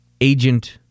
agent